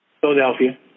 Philadelphia